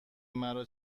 مرا